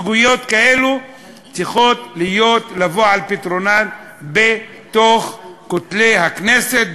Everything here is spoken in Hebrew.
סוגיות כאלה צריכות לבוא על פתרונן בין כותלי הכנסת,